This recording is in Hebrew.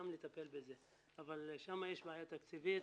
אבל שם יש בעיה תקציבית